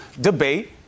Debate